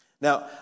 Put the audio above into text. Now